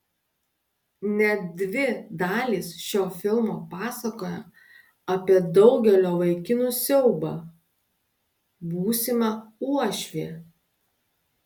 net dvi dalys šio filmo pasakoja apie daugelio vaikinų siaubą būsimą uošvį